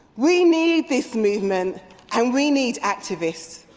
we need this movement and we need activists.